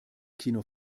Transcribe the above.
kino